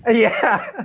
and yeah.